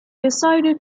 decided